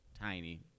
tiny